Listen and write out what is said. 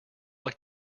like